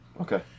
Okay